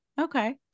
okay